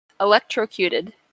electrocuted